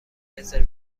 رزرو